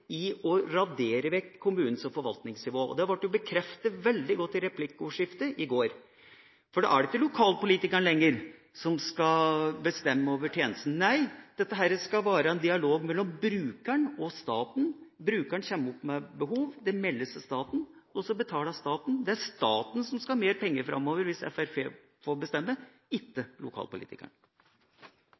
i å radere vekk kommunen som forvaltningsnivå. Det ble bekreftet veldig godt i replikkordskiftet i går. Da er det ikke lenger lokalpolitikeren som skal bestemme over tjenesten. Nei, dette skal være en dialog mellom brukeren og staten. Brukeren kommer med et behov, det meldes til staten og så betaler staten. Det er staten som skal ha mer penger framover, hvis Fremskrittspartiet får bestemme – ikke